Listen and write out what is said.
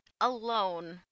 alone